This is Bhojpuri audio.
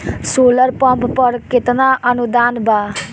सोलर पंप पर केतना अनुदान बा?